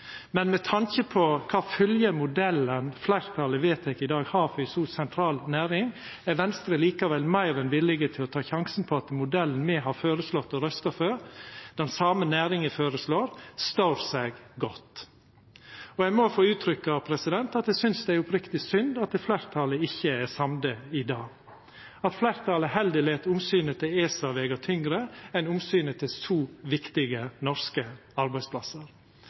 men med tanke på kva følgjer modellen fleirtalet vedtek i dag, har for så ei sentral næring, er Venstre likevel meir enn villig til å ta sjansen på at modellen me har føreslått å røysta for, og den same som næringa føreslår, står seg godt. Eg må få gje uttrykk for at eg synest det er oppriktig synd at fleirtalet ikkje er samd i dag, og at fleirtalet lèt omsynet til ESA vega tyngre enn omsynet til så viktige norske arbeidsplassar.